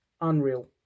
unreal